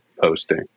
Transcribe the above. posting